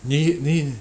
你你